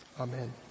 Amen